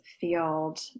field